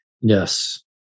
Yes